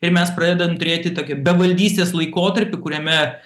ir mes pradedam turėti tokį bevaldystės laikotarpį kuriame